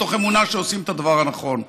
מתוך אמונה שעושים את הדבר הנכון.